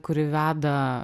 kuri veda